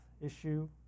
issue